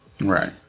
Right